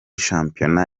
shampiyona